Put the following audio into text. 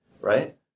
right